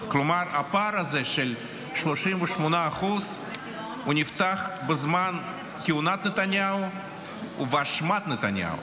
כלומר הפער הזה של 38% נפתח בזמן כהונת נתניהו ובאשמת נתניהו.